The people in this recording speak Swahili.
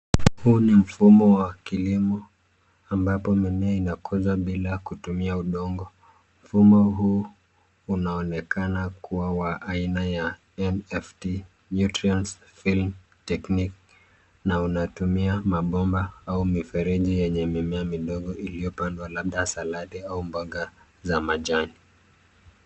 Huu ni mfumo wa kilimo ambapo mimea inakuzwa bila kutumia udongo . Mfumo huu unaonekana kuwa wa aina ya NFT, nutrients film technique na unatumia mabomba au mifereji yenye mimea midogo iliyopandwa labda saladi au mboga za majani.